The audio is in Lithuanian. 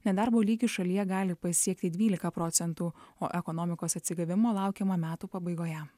nedarbo lygis šalyje gali pasiekti dvyliką procentų o ekonomikos atsigavimo laukiama metų pabaigoje